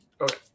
Okay